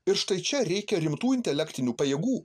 ir štai čia reikia rimtų intelektinių pajėgų